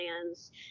plans